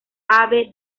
ave